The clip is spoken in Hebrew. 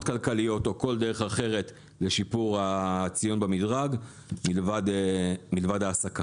כלכליות או כל דרך אחרת לשיפור הציון במדרג מלבד העסקה.